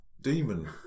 demon